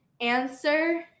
answer